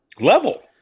level